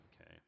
Okay